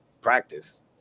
practice